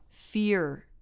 Fear